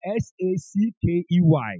S-A-C-K-E-Y